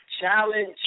Challenge